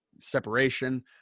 separation